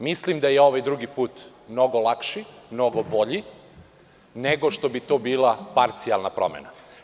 Mislim da je ovaj drugi put mnogo lakši, mnogo bolji, nego što bi to bila parcijalna promena.